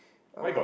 uh